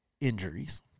injuries